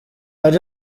ari